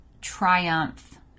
triumph